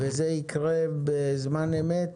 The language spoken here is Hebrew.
תראי, בעולם אידיאלי שבו כולם